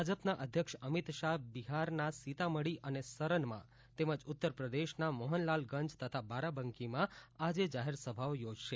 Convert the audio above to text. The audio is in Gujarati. ભાજપના અધ્યક્ષ અમિત શાહે બિહારના સીતામઢી અને સરનમાં તેમજ ઉત્તરપ્રદેશના મોહનલાલગંજ તથા બારાબાંકીમાં જાહેરસભાઓ યોજી હતી